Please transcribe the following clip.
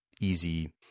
easy